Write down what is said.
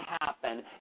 happen